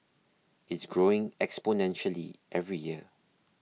it's growing exponentially every year